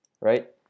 right